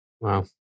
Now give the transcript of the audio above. Wow